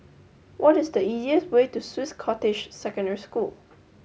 what is the easiest way to Swiss Cottage Secondary School